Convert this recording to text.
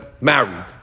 married